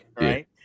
right